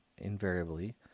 invariably